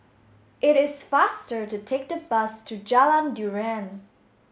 it is faster to take the bus to Jalan durian